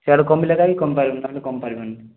ସିଆଡ଼ୁ କମିଲେ ଏକା ହି କମି ପାରିବ ନହେଲେ କମି ପାରିବନି